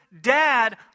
dad